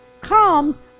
comes